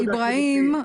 איברהים,